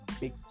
big